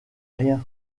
rien